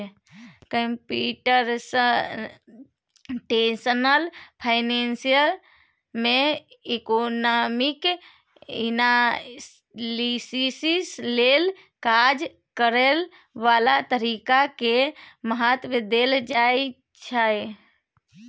computational finance में economic analysis लेल काज करए बला तरीका के महत्व देल जाइ छइ